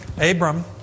Abram